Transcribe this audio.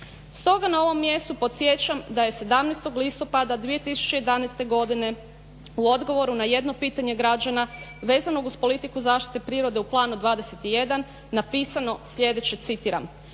Stoga na ovom mjestu podsjećam da je 17. listopada 2011. godine u odgovoru na jedno pitanje građana vezanog uz politiku zaštite prirode u Planu 21 napisano sljedeće, citiram: